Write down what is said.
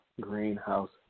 Greenhouse